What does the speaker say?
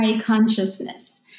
consciousness